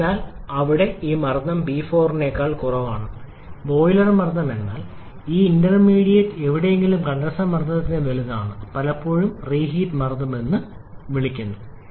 അതിനാൽ ഇവിടെ ഈ മർദ്ദം P4 നെക്കാൾ കുറവാണ് ബോയിലർ മർദ്ദം എന്നാൽ ഇത് ഇന്റർമീഡിയറ്റ് എവിടെയെങ്കിലും കണ്ടൻസർ മർദ്ദത്തേക്കാൾ വലുതാണ് പലപ്പോഴും റീഹീറ്റ് മർദ്ദം എന്നും വിളിക്കപ്പെടുന്നു